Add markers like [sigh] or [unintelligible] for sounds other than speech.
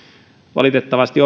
valitettavasti [unintelligible]